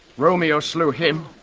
romeo slew him,